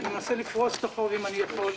אני מנסה לפרוס את החוב אם אני יכול,